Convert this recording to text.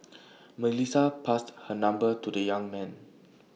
Melissa passed her number to the young man